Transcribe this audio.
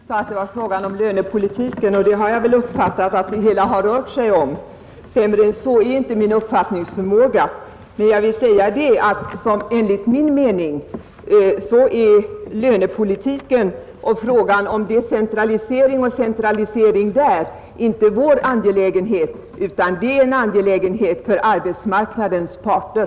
Herr talman! Herr statsministern sade att det var fråga om lönepolitiken och det har jag uppfattat att det hela har rört sig om. Sämre än så är inte min uppfattningsförmåga, men enligt min mening är frågan om decentralisering och centralisering i lönepolitiken inte vår angelägenhet utan det är en angelägenhet för arbetsmarknadens parter.